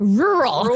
rural